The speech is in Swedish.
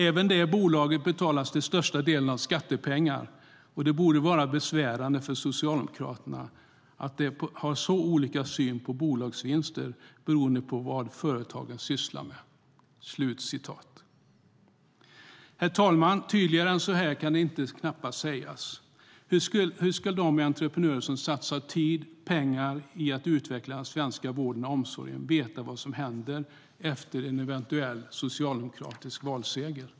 Även de bolagen betalas till största delen av skattepengar. Det borde vara besvärande för Socialdemokraterna att de har så olika syn på bolagsvinster beroende på vad företagen sysslar med." Herr talman! Tydligare än så här kan det väl knappast sägas. Hur ska de entreprenörer som satsar tid och pengar på att utveckla den svenska vården och omsorgen veta vad som händer efter en eventuell socialdemokratisk valseger?